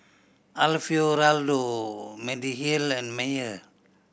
Alfio Raldo Mediheal and Mayer